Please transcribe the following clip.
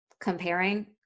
comparing